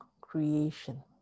creation